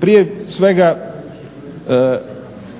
Prije svega,